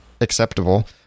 acceptable